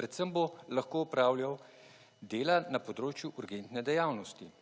predvsem bo lahko opravljal dela na področju urgentne dejavnosti.